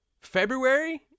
February